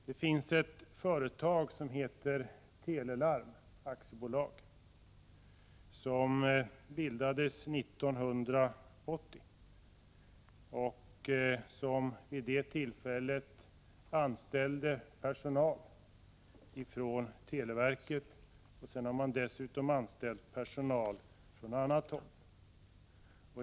Det finns ett företag som heter Tele Larm AB, bildat 1980, vilket vid det tillfället anställde personal från televerket. Dessutom har företaget anställt personal från annat håll.